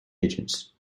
agents